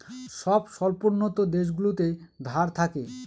সব স্বল্পোন্নত দেশগুলোতে ধার থাকে